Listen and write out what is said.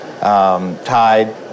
Tide